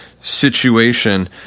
situation